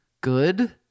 good